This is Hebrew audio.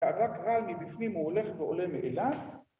הרק רעל מבפנים הוא הולך ועולה מאליו